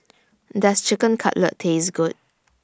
Does Chicken Cutlet Taste Good